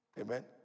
Amen